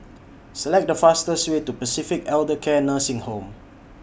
Select The fastest Way to Pacific Elder Care Nursing Home